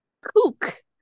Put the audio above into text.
Cook